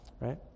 right